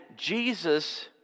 Jesus